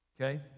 Okay